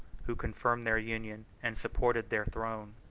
who confirmed their union, and supported their throne.